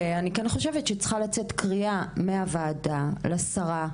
לדעתי צריכה לצאת קריאה מהוועדה לשרה,